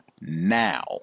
now